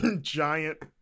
giant